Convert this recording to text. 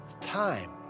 time